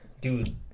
Dude